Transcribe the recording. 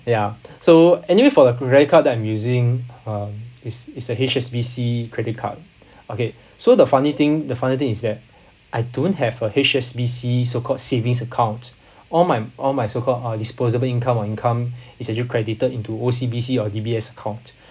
ya so anyway for the credit card that I'm using uh is is a H_S_B_C credit card okay so the funny thing the funny thing is that I don't have a H_S_B_C so called savings account all my all my so called uh disposable income are income is actually credited into O_C_B_C or D_B_S account